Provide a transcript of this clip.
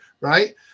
right